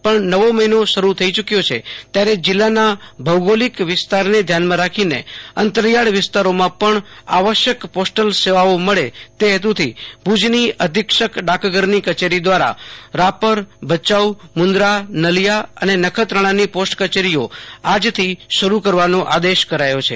પણ નવો મહિનો શરૂ થઈ ચુકયો છે ત્યારે જિલ્લાના ભોગ ોલિક વિસ્તારને ધ્યાનમાં રાખીન અંતરિયાળ વિસ્તારોમાં પણ આવશ્યક પોસ્ટલ સેવાઓ મળે ત હેતુથી ભુજનો અધિક્ષક ડાકઘરની કચેરી દવારા રાપર ભચાઉ મન્દા નલિયા અને નખત્રાણાની પોસ્ટ કચેરી ઓ આજથી ચાલુ કરવાનો આદેશ કરાયો છે